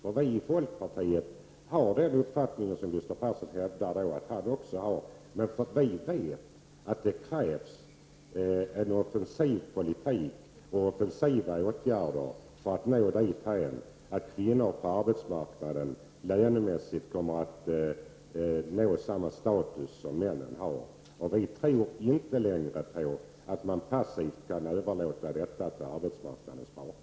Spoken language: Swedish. Vi i folkpartiet har den uppfattning som Gustav Persson hävdar att han har, men vi vet att det krävs en offensiv politik och offensiva åtgärder för att kvinnor på arbets marknaden lönemässigt skall nå samma status som männen har. Vi tror inte längre att man passivt kan överlåta det till arbetsmarknadens parter.